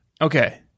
okay